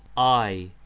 i,